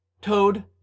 toad